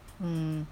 mm